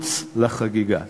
מחוץ לחגיגה.